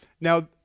Now